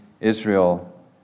Israel